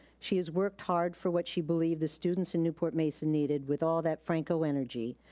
she has worked hard for what she believed the students in newport-mesa needed, with all that franco energy,